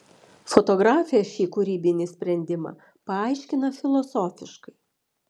fotografė šį kūrybinį sprendimą paaiškina filosofiškai